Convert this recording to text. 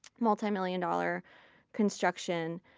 multi-million dollar construction.